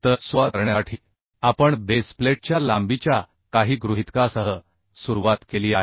तर सुरुवात करण्यासाठी आपण बेस प्लेटच्या लांबीच्या काही गृहितकासह सुरुवात केली आहे